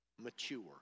mature